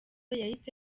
yahise